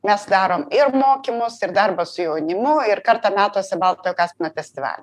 mes darom ir mokymus ir darbą su jaunimu ir kartą metuose baltojo kaspino festivalį